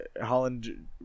Holland